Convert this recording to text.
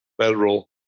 federal